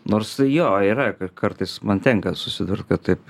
nors jo yra ka kartais man tenka susidurt kad taip